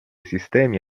sistemi